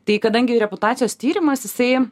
tai kadangi reputacijos tyrimas jisai